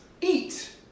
eat